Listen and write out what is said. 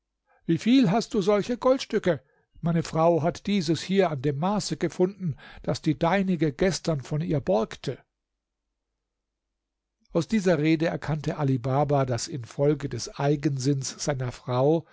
wieviel hast du solche goldstücke meine frau hat dieses hier an dem maße gefunden das die deinige gestern von ihr borgte aus dieser rede erkannte ali baba daß infolge des eigensinns seiner frau